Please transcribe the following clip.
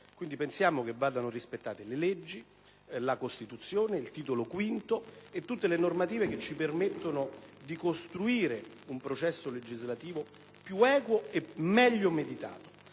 quindi che vadano rispettate le leggi, la Costituzione e il suo Titolo V e tutte le normative che ci permettono di costruire un processo legislativo più equo e meglio meditato.